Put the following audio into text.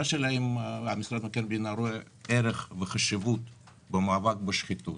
האם משרד מבקר המדינה רואה ערך וחשיבות במאבק ושחיתות,